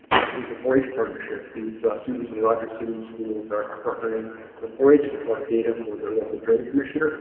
this is a four h partnership. these students in rogers city schools are partnering with four h to collect data for their local drain commissioner